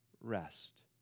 rest